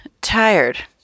tired